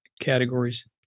categories